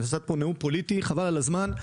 נשאת פה נאום פוליטי חבל על הזמן,